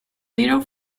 little